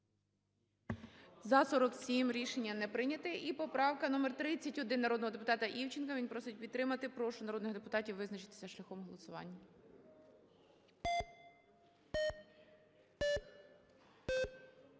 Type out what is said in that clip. За-47 Рішення не прийнято. І поправка номер 31 народного депутата Івченка. Він просить підтримати. Прошу народних депутатів визначитися шляхом голосування.